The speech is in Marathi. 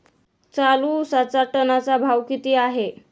चालू उसाचा टनाचा भाव किती आहे?